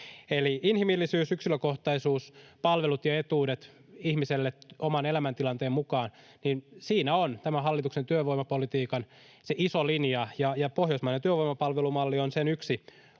Eli inhimillisyys, yksilökohtaisuus, palvelut ja etuudet ihmiselle oman elämäntilanteen mukaan — siinä on tämän hallituksen työvoimapolitiikan se iso linja, ja pohjoismainen työvoimapalvelumalli on sen yksi